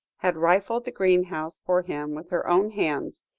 had rifled the greenhouse for him with her own hands,